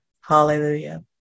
Hallelujah